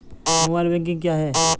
Mobile banking क्या है?